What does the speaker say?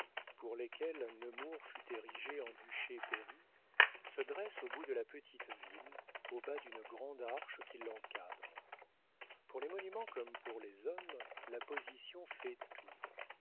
pour lesquels nemours fut érigé en duché pairie se dresse au bout de la petite ville au bas d'une grande arche qui l'encadre pour les monuments comme pour les hommes la position fait tout